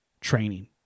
Training